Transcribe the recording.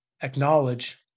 acknowledge